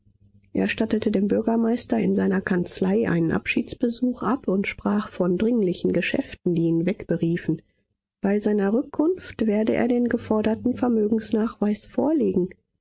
er stattete dem bürgermeister in seiner kanzlei einen abschiedsbesuch ab und sprach von dringlichen geschäften die ihn wegberiefen bei seiner rückkunft werde er den geforderten vermögensnachweis vorlegen